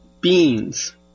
beans